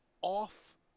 off